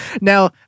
Now